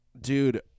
dude